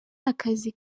akazi